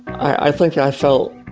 i think i felt